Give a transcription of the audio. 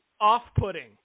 off-putting